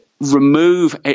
remove